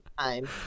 time